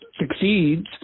succeeds